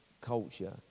culture